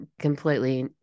completely